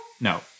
No